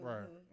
Right